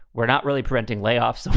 we're not really preventing layoffs.